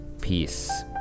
peace